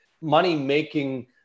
money-making